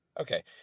Okay